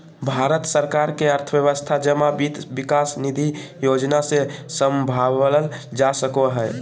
भारत सरकार के अर्थव्यवस्था जमा वित्त विकास निधि योजना से सम्भालल जा सको हय